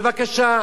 בבקשה,